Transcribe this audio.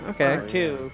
Okay